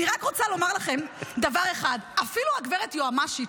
אני רק רוצה לומר לכם דבר אחד: אפילו הגברת יועמ"שית,